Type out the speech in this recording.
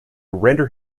render